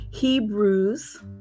Hebrews